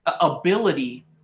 ability